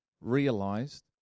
realized